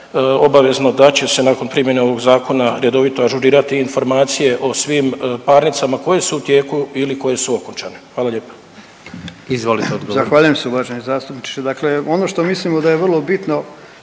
obavezno da će se nakon primjene ovog zakona redovito ažurirati informacije o svim parnicama koje su u tijeku ili koje su okončane, hvala lijepa. **Jandroković, Gordan (HDZ)** Izvolite odgovor. **Horvat, Mile (SDSS)** Zahvaljujem se uvaženi zastupniče. Dakle ono što mislimo da je vrlo bitno